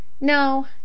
No